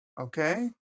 Okay